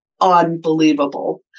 unbelievable